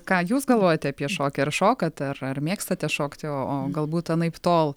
ką jūs galvojate apie šokį ar šokat ar ar mėgstate šokti o o galbūt anaiptol